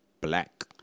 black